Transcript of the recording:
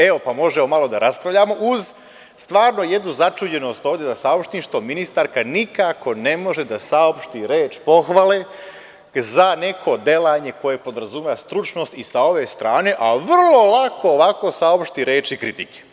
Evo, možemo malo da raspravljamo uz stvarno jednu začuđenost ovde, da saopštim što ministarka nikako ne može da saopšti reč pohvale za neko delovanje, koje podrazumeva stručnost i sa ove strane, vrlo lako saopšti reči kritike.